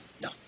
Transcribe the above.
No